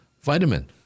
vitamin